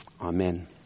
Amen